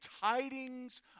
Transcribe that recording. tidings